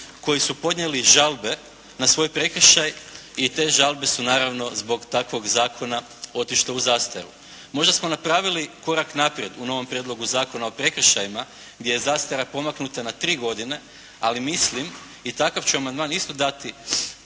koji su podnijeli žalbe na svoj prekršaj i te žalbe su naravno zbog takvog zakona otišle u zastaru. Možda smo napravili korak naprijed u novom prijedlogu Zakona o prekršajima gdje je zastara pomaknuta na tri godine, ali mislim i takav ću amandman isto dati